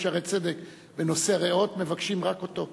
"שערי צדק" בנושא ריאות מבקשים רק אותו,